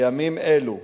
בימים אלו